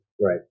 right